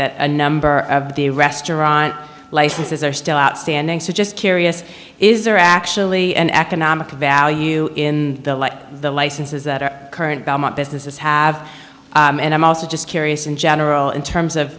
that a number of the restaurant licenses are still outstanding so just curious is there actually an economic value in the licenses that our current businesses have and i'm also just curious in general in terms of